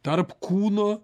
tarp kūno